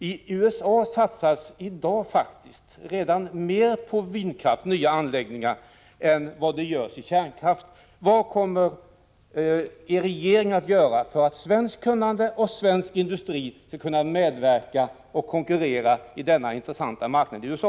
I USA satsas redan i dag mer på vindkraft i nya anläggningar än på kärnkraft. Vad kommer regeringen att göra för att svenskt kunnande och svensk industri skall kunna medverka och konkurrera på denna intressanta marknad i USA?